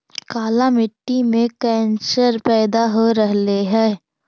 काला मिट्टी मे कैसन पैदा हो रहले है?